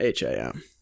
HAM